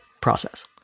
process